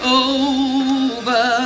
over